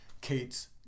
Kate's